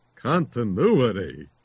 continuity